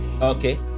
Okay